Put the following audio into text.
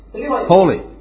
Holy